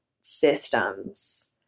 systems